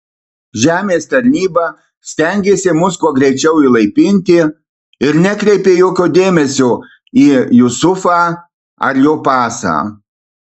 žemės tarnyba stengėsi mus kuo greičiau įlaipinti ir nekreipė jokio dėmesio į jusufą ar jo pasą